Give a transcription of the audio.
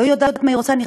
לא יודעת מה היא רוצה.